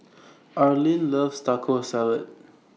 Arlin loves Taco Salad